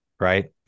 Right